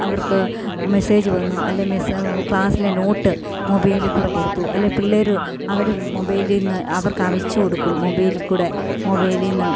അവർക്ക് മെസ്സേജ് വന്നു അല്ലേ മെസ ക്ലാസ്സിലെ നോട്ട് മൊബൈലിൽ കൂടി കൊടുത്തു അല്ലേ പിള്ളേർ അവർ മൊബൈലിൽ നിന്ന് അവർക്കയച്ചു കൊടുക്കും മൊബൈലിൽ കൂടി മൊബൈലിൽ നിന്ന്